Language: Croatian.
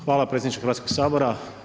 Hvala predsjedniče Hrvatskog sabora.